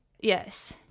yes